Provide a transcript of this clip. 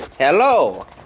Hello